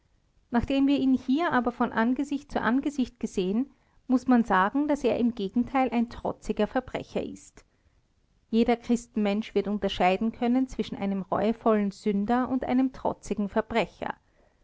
nachdem wir ihn hier aber von angesicht zu angesicht gesehen muß man sagen daß er im gegenteil ein trotziger verbrecher ist jeder christenmensch wird unterscheiden können zwischen einem reuevollen sünder und einem trotzigen verbrecher